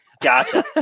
gotcha